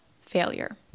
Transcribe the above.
failure